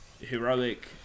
heroic